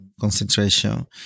concentration